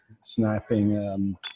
snapping